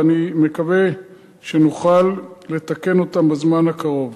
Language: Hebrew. ואני מקווה שנוכל לתקן אותן בזמן הקרוב.